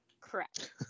Correct